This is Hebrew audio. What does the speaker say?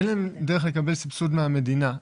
אין להם דרך לקבל סבסוד מהמדינה.